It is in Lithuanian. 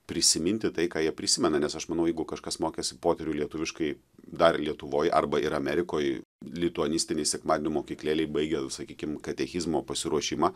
prisiminti tai ką jie prisimena nes aš manau jeigu kažkas mokėsi poterių lietuviškai dar lietuvoj arba ir amerikoj lituanistinėj sekmadienio mokyklėlėj baigė sakykim katekizmo pasiruošimą